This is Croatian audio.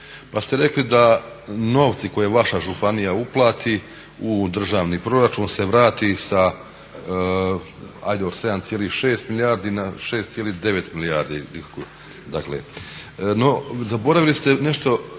Pa ste rekli da novci koje vaša županija uplati u državni proračun se vrati sa hajde od 7,6 milijardi na 6,9 milijardi. No, zaboravili ste nešto